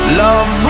love